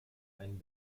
ein